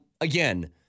Again